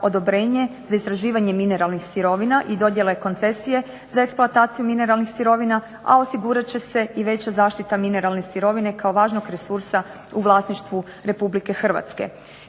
za istraživanje mineralnih sirovina i dodjele koncesije za eksploataciju mineralnih sirovina, a osigurat će se i veća zaštita mineralne sirovine kao važnog resursa u vlasništvu RH.